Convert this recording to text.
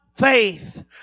Faith